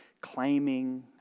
claiming